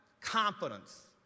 confidence